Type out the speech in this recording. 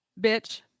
Bitch